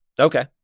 Okay